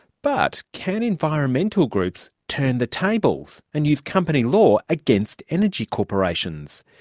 but can environmental groups turn the tables and use company law against energy corporations?